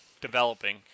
Developing